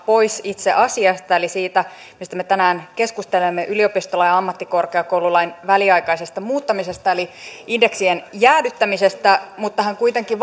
pois itse asiasta eli siitä mistä me tänään keskustelemme yliopistolain ja ammattikorkeakoululain väliaikaisesta muuttamisesta eli indeksien jäädyttämisestä mutta hän kuitenkin